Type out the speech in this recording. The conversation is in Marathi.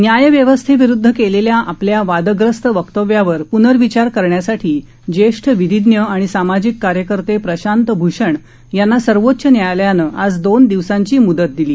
न्यायव्यवस्थेविरुदध केलेल्या आपल्या वादग्रस्त वक्तव्यावर प्नर्विचार करण्यासाठी ज्येष्ठ विधीज्ञ आणि सामाजिक कार्यकर्ते प्रशांत भूषण यांना सर्वोच्च न्यायालयानं आज दोन दिवसांची मुदत दिली